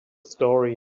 story